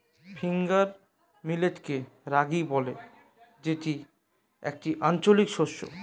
finger মিলেটকে রাগি বলে যেটি একটি আঞ্চলিক শস্য